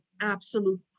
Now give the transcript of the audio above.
absolute